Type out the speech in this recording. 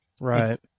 Right